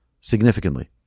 significantly